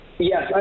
Yes